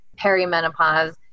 perimenopause